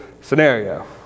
scenario